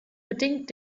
bedingt